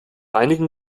einigen